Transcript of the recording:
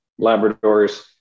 Labradors